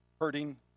hurting